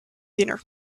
dinner